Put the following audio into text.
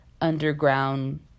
underground